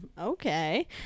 okay